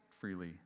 freely